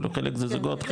חלק זה זוגות,